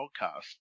Podcast